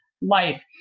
life